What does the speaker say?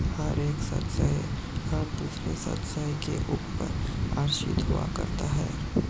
हर एक सदस्य हर दूसरे सदस्य के ऊपर आश्रित हुआ करता है